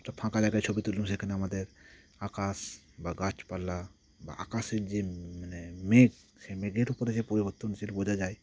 একটা ফাঁকা জায়গায় ছবি তুলব সেখানে আমাদের আকাশ বা গাছপালা বা আকাশের যে মানে মেঘ সেই মেঘের উপরে যে পরিবর্তন সেটা বোঝা যায়